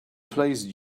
placed